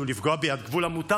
לפגוע בי עד גבול המותר,